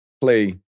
play